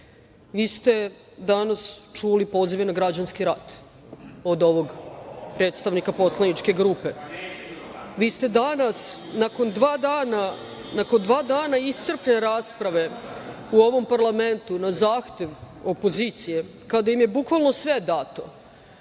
ste danas čuli pozive na građanski rat od ovog predstavnika poslaničke grupe. Vi te danas nakon dva dana iscrpne rasprave u ovom parlamentu na zahtev opozicije kada im je bukvalno sve dato,